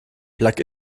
plug